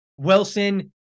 Wilson